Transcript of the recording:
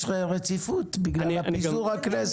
יש רציפות בגלל פיזור הכנסת.